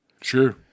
Sure